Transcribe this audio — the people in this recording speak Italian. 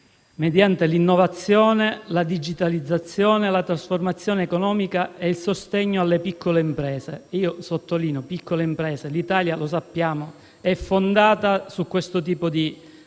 mediante l'innovazione, la digitalizzazione, la trasformazione economica e il sostegno alle piccole imprese e io sottolineo le piccole imprese perché l'Italia - lo sappiamo - è fondata su questo tipo di